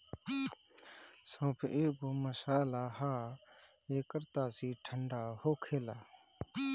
सौंफ एगो मसाला हअ एकर तासीर ठंडा होखेला